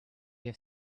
have